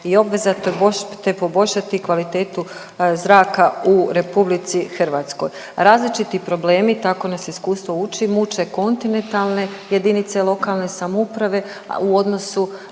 i obveza te poboljšati kvalitetu zraka u RH. Različiti problemi, tako nas iskustvo uči, muče kontinentalne jedinice lokalne samouprave u odnosu